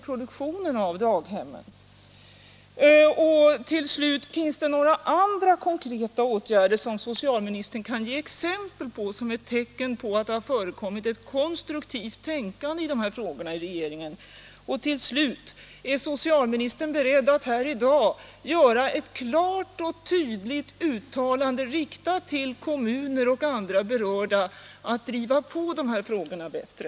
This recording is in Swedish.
Finns det några andra konkreta åtgärder som socialministern kan ange såsom tecken på att det har förekommit ett konstruktivt tänkande i regeringen i de här frågorna? 7. Är socialministern beredd att i dag göra ett klart och tydligt uttalande, riktat till kommuner och andra berörda, med maning till dem att driva på de här frågorna bättre?